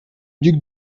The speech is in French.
duc